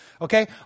Okay